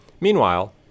Meanwhile